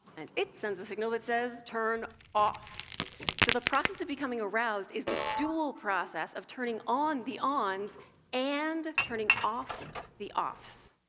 and it sends a signal that says turn off. so the process of becoming aroused is the dual process of turning on the ons and turning off the offs.